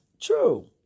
true